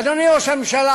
ואדוני ראש הממשלה,